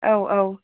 औ औ